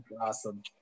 Awesome